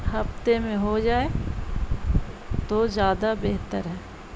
ہفتے میں ہو جائے تو زیادہ بہتر ہے